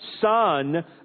Son